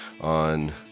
on